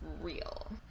real